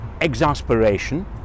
exasperation